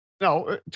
No